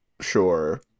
sure